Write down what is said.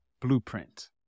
blueprint